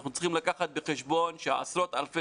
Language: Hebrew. אנחנו צריכים לקחת בחשבון שעשרות אלפי